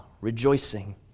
rejoicing